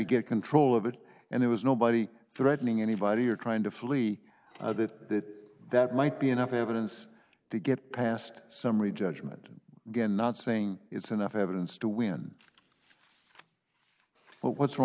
get control of it and it was nobody threatening anybody or trying to flee that that might be enough evidence to get past summary judgment again not saying it's enough evidence to win but what's wrong